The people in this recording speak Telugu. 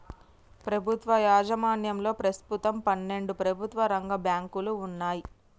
ప్రభుత్వ యాజమాన్యంలో ప్రస్తుతం పన్నెండు ప్రభుత్వ రంగ బ్యాంకులు వున్నయ్